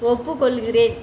ஒப்புக்கொள்கிறேன்